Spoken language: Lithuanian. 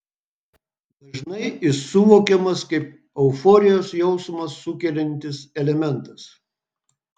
dažnai jis suvokiamas kaip euforijos jausmą sukeliantis elementas